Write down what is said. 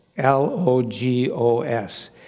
L-O-G-O-S